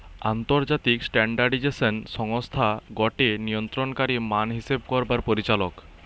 আন্তর্জাতিক স্ট্যান্ডার্ডাইজেশন সংস্থা গটে নিয়ন্ত্রণকারী মান হিসেব করবার পরিচালক